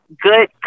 good